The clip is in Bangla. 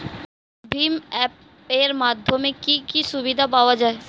ভিম অ্যাপ এর মাধ্যমে কি কি সুবিধা পাওয়া যায়?